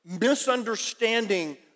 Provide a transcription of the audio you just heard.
misunderstanding